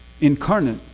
incarnate